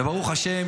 וברוך השם,